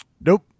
Nope